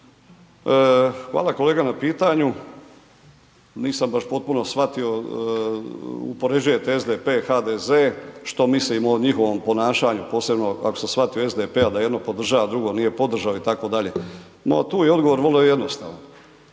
Hvala kolega na pitanju. Nisam baš potpuno shvatio, uspoređujete SDP, HDZ, što mislimo o njihovom ponašanju, posebno ako sam shvatio SDP-a da jedno podržava, drugo nije podržao itd. Tu je odgovor vrlo jednostavan.